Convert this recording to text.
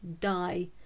die